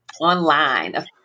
online